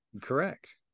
correct